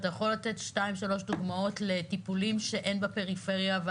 אתה יכול לתת שתיים-שלוש דוגמאות לטיפולים שאין בפריפריה?